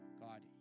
God